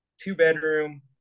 two-bedroom